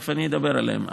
תכף אני אדבר עליהן,